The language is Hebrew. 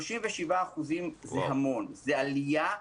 37% זה המון, זאת עלייה.